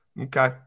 Okay